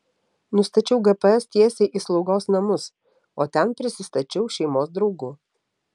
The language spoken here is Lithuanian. nustačiau gps tiesiai į slaugos namus o ten prisistačiau šeimos draugu